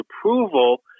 approval